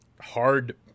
hard